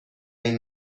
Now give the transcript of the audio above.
این